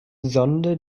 sonde